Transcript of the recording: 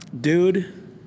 Dude